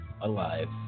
alive